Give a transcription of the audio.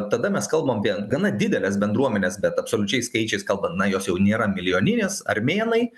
tada mes kalbam apie gana dideles bendruomenes bet absoliučiais skaičiais kalbat na jos jau nėra milijoninės armėnai